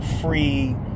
free